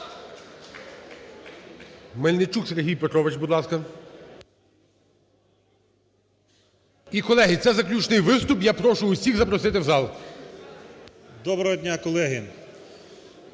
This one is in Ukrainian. Мельничук Сергій Петрович, будь ласка. І, колеги, це заключний виступ. Я прошу всіх запросити в зал. 16:42:24